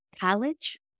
college